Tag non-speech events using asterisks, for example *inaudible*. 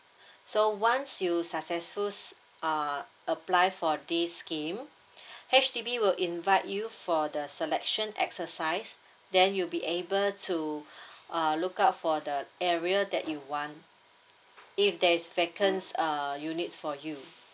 *breath* so once you successful uh apply for this scheme *breath* H_D_B will invite you for the selection exercise then you'll be able to *breath* uh look out for the area that you want if there is vacancy uh unit for you